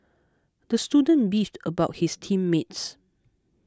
the student beefed about his team mates